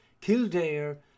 Kildare